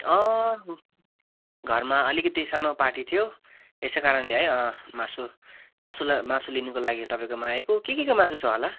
अँ घरमा अलिकति सानो पार्टी थियो त्यसै कारणले है मासु मासु ला मासु लिनुको लागि तपईँकोमा आएको के केको मासु छ होला